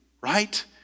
right